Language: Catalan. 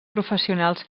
professionals